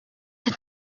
qed